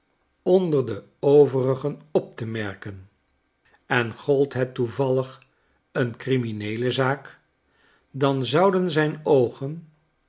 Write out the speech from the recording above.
onder de overigen op te merken en gold het toevallig een crimineele zaak dan zouden zijnoogenin negen